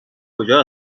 کجا